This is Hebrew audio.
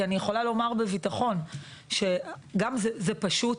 אני יכולה לומר בביטחון שזה גם פשוט